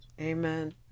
Amen